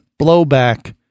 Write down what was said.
blowback